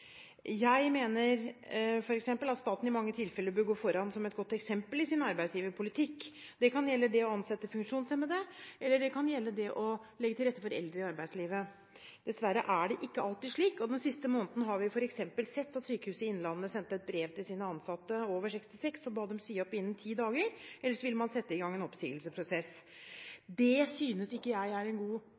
Jeg mener f.eks. at staten i mange tilfeller bør gå foran som et godt eksempel i sin arbeidsgiverpolitikk. Det kan gjelde det å ansette funksjonshemmede, eller det kan gjelde det å legge til rette for eldre i arbeidslivet. Dessverre er det ikke alltid slik. Den siste måneden har vi f.eks. sett at Sykehuset Innlandet har sendt et brev til sine ansatte over 66 år og bedt dem si opp innen ti dager, ellers vil man sette i gang en oppsigelsesprosess. Det synes ikke jeg er en god